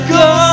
go